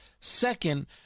Second